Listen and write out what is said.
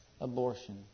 abortion